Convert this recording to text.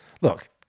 Look